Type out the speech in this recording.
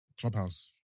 clubhouse